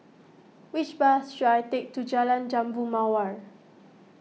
which bus should I take to Jalan Jambu Mawar